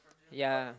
ya